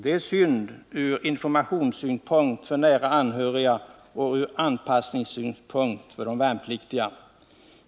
Det är synd ur informationssynpunkt för de nära anhöriga och ur anpassningssynpunkt för de värnpliktiga.